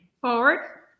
forward